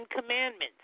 Commandments